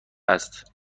هست